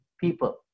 people